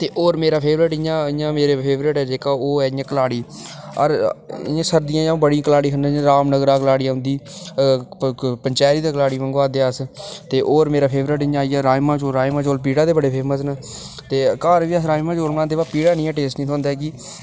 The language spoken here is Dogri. ते होर मेरा फेवरेट इ'यां इ'यां मेरे फेवरेट ऐ जेह्का ओह् ऐ कलाड़ी इ'यां सर्दियें च अ'ऊं बड़ी कलाड़ी खन्नां रामनगर दा कलाड़ी औंदी पंचैरी दी कलाड़ी मंगवांदे अस ते होर मेरा फेवरेट इ'यां आई गेआ राजमां चौल राजमां चौल पिड़ा दे बड़े फेमस न ते घर बी अस राजमां चौल बनांदे पर पिड़ा दे नेहा टेस्ट निं थ्होंदा ऐ की